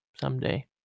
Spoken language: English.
someday